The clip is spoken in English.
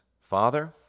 Father